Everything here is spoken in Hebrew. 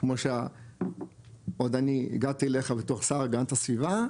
כמו ש- עוד אני הגעתי אליך בתור שר להגנת הסביבה,